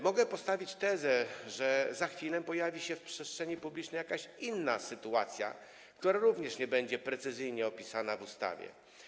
Mogę postawić tezę, że za chwilę pojawi się w przestrzeni publicznej jakaś inna sytuacja, która również nie będzie precyzyjnie opisana w ustawie.